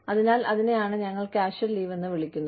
അതിനാൽ അതിനെയാണ് ഞങ്ങൾ കാഷ്വൽ ലീവ് എന്ന് വിളിക്കുന്നത്